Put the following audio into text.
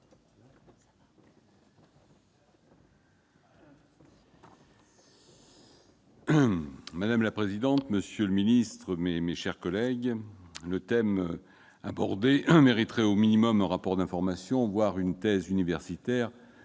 Madame la présidente, monsieur le secrétaire d'État, mes chers collègues, le thème abordé mériterait au minimum un rapport d'information, voire une thèse universitaire,